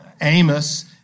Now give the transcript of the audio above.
Amos